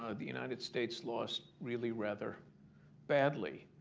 ah the united states lost really rather badly.